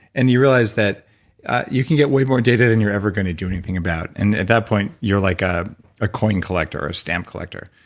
and you realize that you can get way more data then you're ever going to do anything about, and at that point you're like ah a coin collector or a stamp collector.